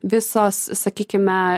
visos sakykime